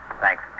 Thanks